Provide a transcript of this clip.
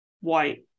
white